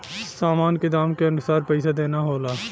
सामान के दाम के अनुसार पइसा देना होला